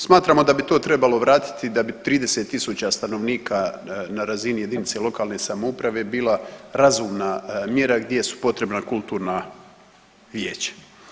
Smatramo da bi to trebalo vratiti, da bi 30 tisuća stanovnika na razini jedinice lokalne samouprave bila razumna mjera gdje su potrebna kulturna vijeća.